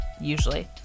usually